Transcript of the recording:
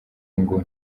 ngo